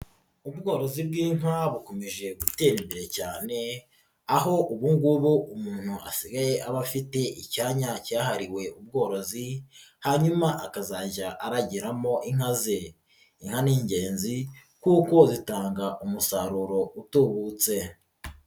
Ubworozi bw'inka bukomeje gutera imbere cyane, aho ubu ngubu umuntu asigaye aba afite icyanya cyahariwe ubworozi hanyuma akazajya aragiramo inka ze, inka ni ingenzi kuko zitanga umusaruro utubutse.